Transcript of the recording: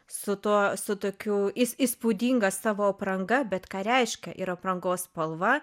su tuo su tokiu įspūdinga savo apranga bet ką reiškia ir aprangos spalva